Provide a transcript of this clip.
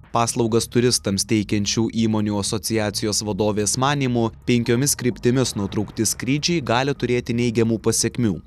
paslaugas turistams teikiančių įmonių asociacijos vadovės manymu penkiomis kryptimis nutraukti skrydžiai gali turėti neigiamų pasekmių